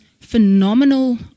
phenomenal